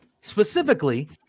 Specifically